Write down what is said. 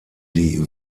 die